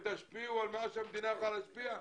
תשפיעו על מה שהמדינה יכולה להשפיע,